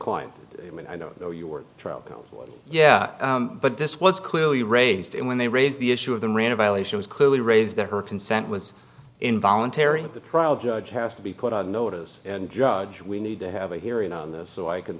client i mean i don't know your trial counsel yeah but this was clearly raised and when they raised the issue of them ran a violation was clearly raised that her consent was involuntary that the trial judge has to be put on notice and judge we need to have a hearing on this so i can